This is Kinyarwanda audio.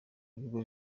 ibigo